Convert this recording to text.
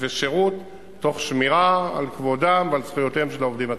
ושירות תוך שמירה על כבודם ועל זכויותיהם של העובדים עצמם.